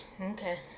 Okay